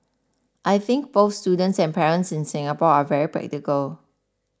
I think both students and parents in Singapore are very practical